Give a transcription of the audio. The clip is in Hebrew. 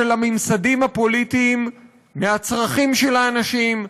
של הממסדים הפוליטיים מהצרכים של האנשים,